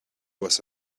was